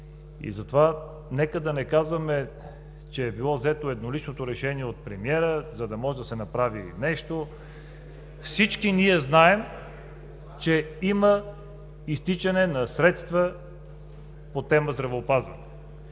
Затова нека да не казваме, че е било взето едноличното решение от премиера, за да може да се направи нещо. Всички ние знаем, че има изтичане на средства по тема „Здравеопазване“